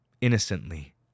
innocently